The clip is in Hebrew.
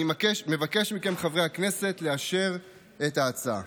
אני מבקש מכם, חברי הכנסת, לאשר את ההצעה.